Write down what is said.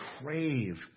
crave